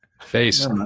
Face